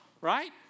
right